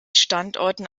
standorten